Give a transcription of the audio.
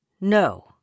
No